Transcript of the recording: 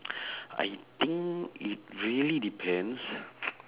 I think it really depends